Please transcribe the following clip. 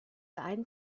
einen